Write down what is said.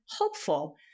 hopeful